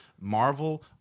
Marvel